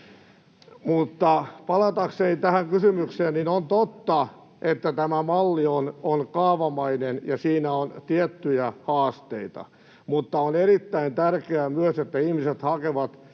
Mutta palatakseni tähän kysymykseen: On totta, että tämä malli on kaavamainen ja siinä on tiettyjä haasteita, mutta on erittäin tärkeää myös, että ihmiset hakevat